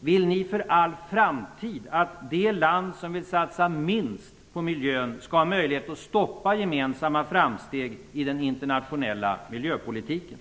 Vill ni för all framtid att det land som vill satsa minst på miljön skall ha möjlighet att stoppa gemensamma framsteg i den internationella miljöpolitiken?